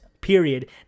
Period